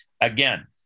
Again